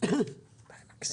אני מן